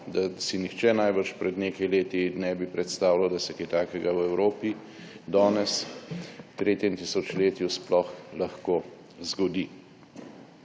da si najbrž nihče pred nekaj leti ne bi predstavljal, da se kaj takega v Evropi danes, v tretjem tisočletju sploh lahko zgodi.